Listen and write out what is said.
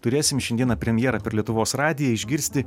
turėsim šiandieną premjerą per lietuvos radiją išgirsti